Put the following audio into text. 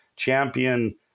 champion